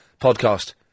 podcast